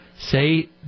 say